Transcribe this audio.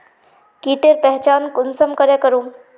कीटेर पहचान कुंसम करे करूम?